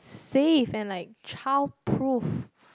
safe and like childproof